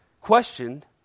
questioned